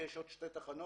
בטייבה יש עוד שתי תחנות.